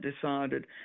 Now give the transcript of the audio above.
decided